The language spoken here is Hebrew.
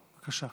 בבקשה.